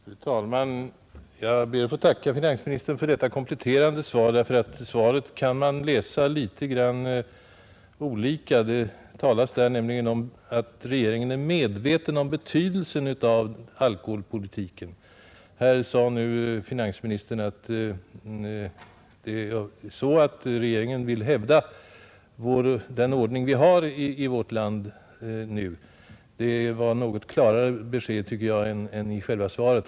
Fru talman! Jag ber att få tacka finansministern för detta kompletterande svar, eftersom man nog kan tolka interpellationssvaret litet olika. Där talas det nämligen endast om att regeringen är medveten om betydelsen av alkoholpolitiken. Nu sade finansministern uttryckligen att regeringen vill hävda den ordning vi i dag har i vårt land på detta område. Detta tycker jag är något klarare besked än det som ges i själva svaret.